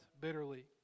bitterly